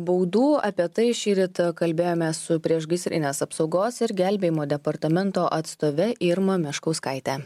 baudų apie tai šįryt kalbėjome su priešgaisrinės apsaugos ir gelbėjimo departamento atstove irma meškauskaite